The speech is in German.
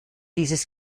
dieses